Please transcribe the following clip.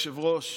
אדוני היושב-ראש,